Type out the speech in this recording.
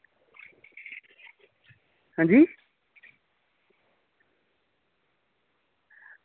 अंजी